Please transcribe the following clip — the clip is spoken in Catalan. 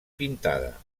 pintada